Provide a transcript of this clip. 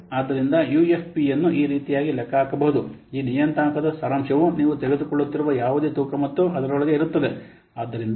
ಆದ್ದರಿಂದ UFP ಯನ್ನು ಈ ರೀತಿಯಾಗಿ ಲೆಕ್ಕಹಾಕಬಹುದು ಈ ನಿಯತಾಂಕದ ಸಾರಾಂಶವು ನೀವು ತೆಗೆದುಕೊಳ್ಳುತ್ತಿರುವ ಯಾವುದೇ ತೂಕ ಮತ್ತು ಅದರೊಳಗೆ ಇರುತ್ತದೆ